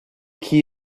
key